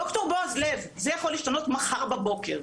ד"ר בועז לב, זה יכול להשתנות מחר בבוקר.